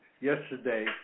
yesterday